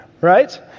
right